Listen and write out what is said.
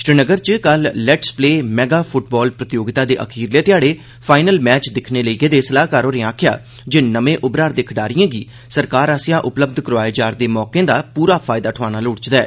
श्रीनगर च कल 'let's play mega football' प्रतियोगिता दे अखीरले घ्याड़े फाईनल मैच दिक्खने लेई गेदे सलाह्कार होरें आखेआ जे नमें उभरा'रदे खड्ढारिएं गी सरकार आसेआ उपलब्ध करोआए जा'रदे मौकें दा पूरा फायदा ठोआना लोड़चदा ऐ